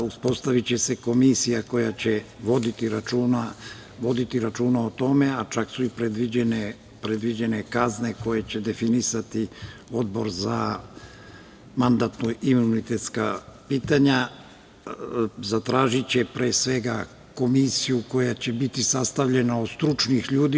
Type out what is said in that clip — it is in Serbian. Uspostaviće se komisija koja će voditi računa o tome, a čak su i predviđene kazne koje će definisati Odbor za mandatno-imunitetska pitanja, zatražiće pre svega komisiju koja će biti sastavljena od stručnih ljudi.